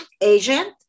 agent